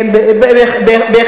היא גם שמה שלטים יותר מכל ממשלה אחרת.